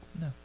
no